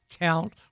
count